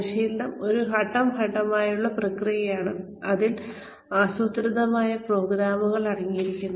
പരിശീലനം ഒരു ഘട്ടം ഘട്ടമായുള്ള പ്രക്രിയയാണ് അതിൽ ആസൂത്രിതമായ പ്രോഗ്രാമുകൾ അടങ്ങിയിരിക്കുന്നു